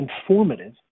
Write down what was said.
informative